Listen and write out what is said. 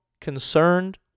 concerned